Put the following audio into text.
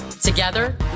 Together